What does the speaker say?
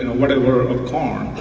whatever of corn.